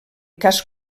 cas